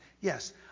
Yes